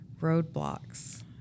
roadblocks